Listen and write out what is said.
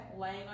laying